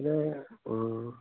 এনে